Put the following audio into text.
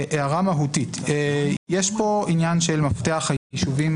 הערה מהותית, יש הערה לגבי הנושא של מפתח היישובים